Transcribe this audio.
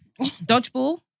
Dodgeball